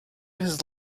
his